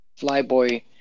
Flyboy